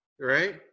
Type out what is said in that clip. Right